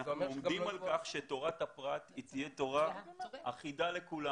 אנחנו עומדים על כך שתורת הפרט תהיה תורה אחידה לכולם.